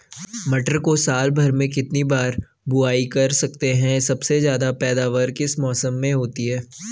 मटर को साल भर में कितनी बार बुआई कर सकते हैं सबसे ज़्यादा पैदावार किस मौसम में होती है?